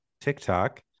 TikTok